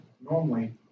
normally